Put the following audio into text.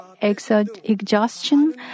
Exhaustion